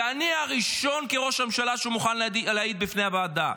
ואני הראשון כראש ממשלה שמוכן להעיד בפני הוועדה.